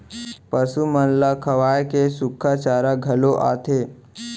पसु मन ल खवाए के सुक्खा चारा घलौ आथे